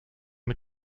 mit